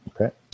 okay